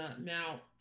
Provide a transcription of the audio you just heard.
Now